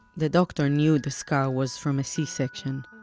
the doctor knew the scar was from a c-section,